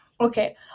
Okay